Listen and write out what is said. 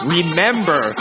Remember